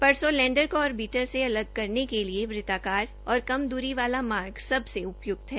परसों लैंडर को ऑरबिटर से अलग करने के लिए वृत्ताकार और कम दूरी वाला मार्ग सबसे उपयुक्त है